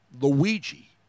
Luigi